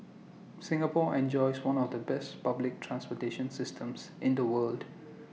Singapore enjoys one of the best public transportation systems in the world